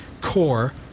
core